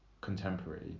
contemporary